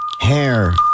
hair